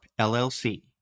LLC